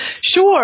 Sure